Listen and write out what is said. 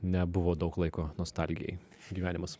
nebuvo daug laiko nostalgijai gyvenimas